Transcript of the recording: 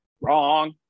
Wrong